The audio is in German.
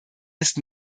ist